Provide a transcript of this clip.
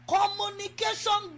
Communication